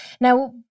Now